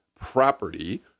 property